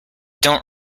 don’t